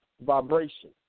vibration